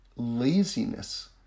laziness